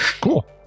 cool